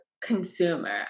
consumer